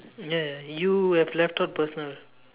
ya you have left out personal